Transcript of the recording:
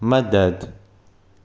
मदद